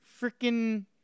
freaking